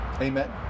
Amen